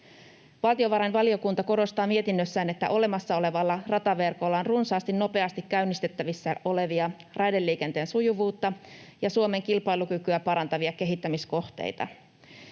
Valtiovarainvaliokunta korostaa mietinnössään, että olemassa olevalla rataverkolla on runsaasti nopeasti käynnistettävissä olevia raideliikenteen sujuvuutta ja Suomen kilpailukykyä parantavia kehittämiskohteita.